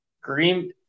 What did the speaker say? Green